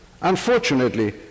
Unfortunately